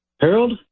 Harold